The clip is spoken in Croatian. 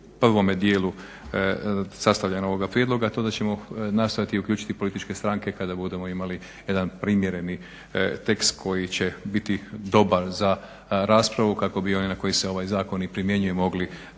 prvome dijelu sastavljenom ovoga prijedloga je to da ćemo nastojati uključiti političke stranke kada budemo imali jedan primjereni tekst koji će biti dobar za raspravu kako bi i na koju se ovaj zakon i primjenjuje mogli